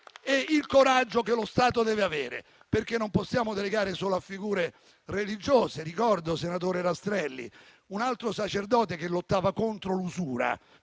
e il coraggio che lo Stato deve avere, perché non possiamo delegare solo a figure religiose. Ricordo padre Rastrelli, un altro sacerdote che lottava contro l'usura